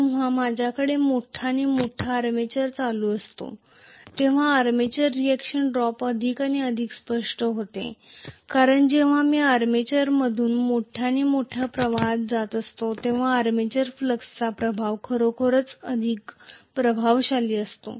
जेव्हा माझ्याकडे मोठा आणि मोठा आर्मेचर करंट असतो तेव्हा आर्मेचर रिएक्शन ड्रॉप अधिक आणि अधिक स्पष्ट होते कारण जेव्हा मी आर्मेचरमधून मोठ्या आणि मोठ्या प्रवाहात जात असतो तेव्हा आर्मेचर फ्लक्सचा प्रभाव खरोखरच अधिक प्रभावशाली असतो